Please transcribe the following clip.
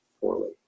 poorly